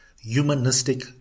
humanistic